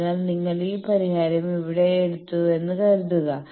അതിനാൽ നിങ്ങൾ ഈ പരിഹാരം ഇവിടെ എടുത്തുവെന്ന് കരുതുക